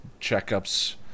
checkups